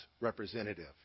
representative